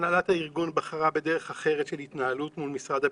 הנהלת הארגון בחרה בדרך אחרת של התנהלות מול משרד הביטחון,